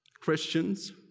Christians